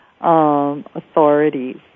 authorities